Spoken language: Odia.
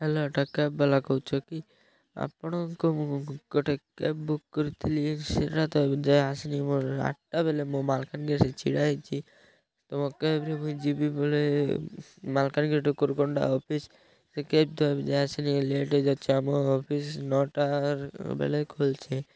ହ୍ୟାଲୋ ଏଇଟା କ୍ୟାବ୍ ବାଲା କହୁଛ କି ଆପଣଙ୍କୁ ମୁଁ ଗୋଟେ କ୍ୟାବ୍ ବୁକ୍ କରିଥିଲି ସେଇଟା ତ ଏବେ ଯାଏ ଆସିନି ମୋର ଆଠଟା ବେଲେ ମୁଁ ମାଲକାନଗିରିରେ ଛିଡ଼ା ହେଇଛି ତୁମ କ୍ୟାବ୍ରେ ମୁଁ ଯିବି ବୋଲେ ମାଲକାନଗିରି ଟୁ କୋରକଣ୍ଡା ଅଫିସ୍ ସେ କ୍ୟାବ୍ ତ ଏବେ ଯାଏ ଆସିନି ଲେଟ୍ ହେଇ ଯାଉଛି ଆମ ଅଫିସ୍ ନଅଟାର ବେଳେ ଖୋଲିଛି